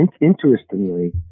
Interestingly